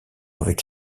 avec